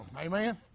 Amen